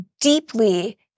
deeply